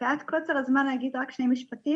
מפאת קוצר הזמן אני אגיד רק שני משפטים.